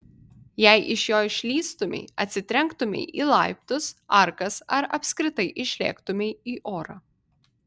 jei iš jo išslystumei atsitrenktumei į laiptus arkas ar apskritai išlėktumei į orą